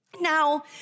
Now